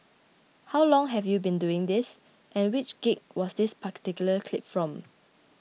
how long have you been doing this and which gig was this particular clip from